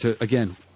again